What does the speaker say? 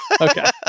Okay